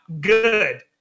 good